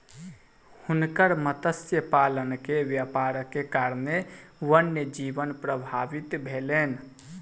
हुनकर मत्स्य पालनक व्यापारक कारणेँ वन्य जीवन प्रभावित भेलैन